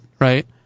right